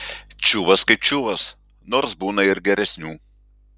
čiuvas kaip čiuvas nors būna ir geresnių